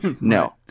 No